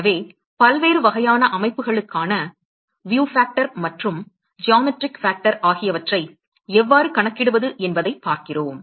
எனவே பல்வேறு வகையான அமைப்புகளுக்கான காட்சி காரணி மற்றும் வடிவியல் காரணி ஆகியவற்றை எவ்வாறு கணக்கிடுவது என்பதைப் பார்க்கிறோம்